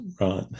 right